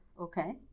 okay